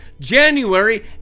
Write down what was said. January